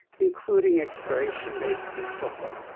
including expiration dates and so forth.